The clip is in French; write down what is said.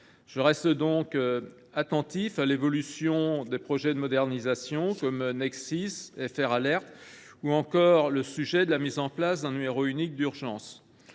Je reste donc attentif à l’évolution des projets de modernisation comme NexSIS et FR Alert, ou encore à la possible mise en place d’un numéro unique d’urgence.